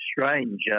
strange